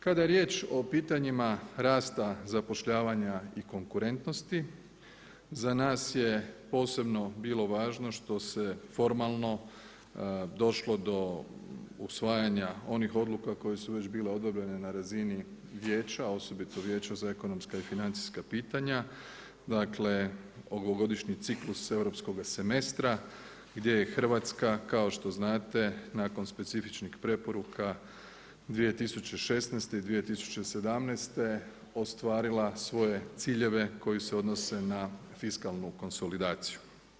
Kada je riječ o pitanjima rasta zapošljavanja i konkurentnosti, za nas je posebno bilo važno što se formalno došlo do usvajanja onih odluka koje su već bile odobrene na razini vijeća, osobito Vijeća za ekonomska i financijska pitanja, dakle ovogodišnji ciklus europskoga semestra gdje je Hrvatska kao što znate nakon specifičnih preporuka, 2016. i 2017. ostvarila svoje ciljeve koje se odnose na fiskalnu konsolidaciju.